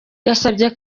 yasabye